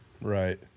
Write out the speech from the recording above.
Right